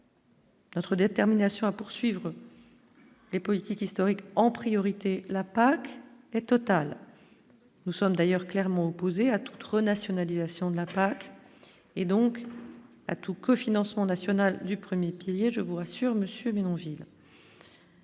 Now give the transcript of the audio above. Notre détermination à poursuivre. Les politiques historiques en priorité la PAC est totale, nous sommes d'ailleurs clairement opposées à toute renationalisation de la PAC, et donc à tout cofinancement national du 1er pilier je vous rassure Monsieur